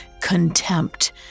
Contempt